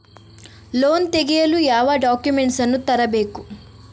Loan ತೆಗೆಯಲು ಯಾವ documents ಅನ್ನು ತರಬೇಕು?